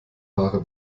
haare